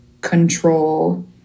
control